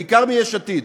בעיקר מיש עתיד,